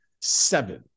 seven